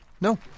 No